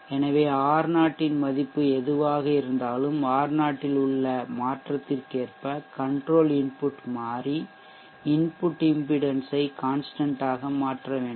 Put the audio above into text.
எனவே R0 இன் மதிப்பு எதுவாக இருந்தாலும் R0 இல் உள்ள மாற்றத்திற்கேற்ப கன்ட்ரோல் இன்புட் மாறி இன்புட் இம்பிடென்ஷ் ஐ கான்ஸ்டன்ட் ஆக மாற்றவேண்டும்